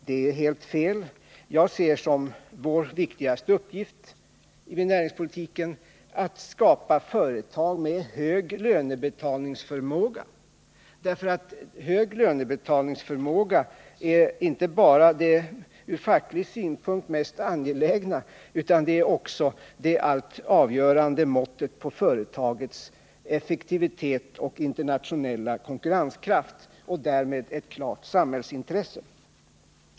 Det är helt fel. Jag ser som vår viktigaste uppgift med näringspolitiken att skapa företag med hög lönebetalningsförmåga. Det ärinte bara det från facklig synpunkt mest angelägna utan det är också det allt avgörande måttet på företagets effektivitet och internationella konkurrenskraft och därmed ett klart samhällsintresse.